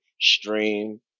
stream